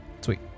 Sweet